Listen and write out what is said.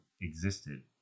existed